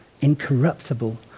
incorruptible